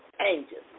angels